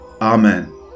amen